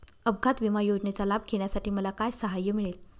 अपघात विमा योजनेचा लाभ घेण्यासाठी मला काय सहाय्य मिळेल?